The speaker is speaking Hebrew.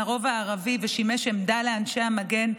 הרובע הערבי ושימש עמדה לאנשי המגן,